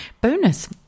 bonus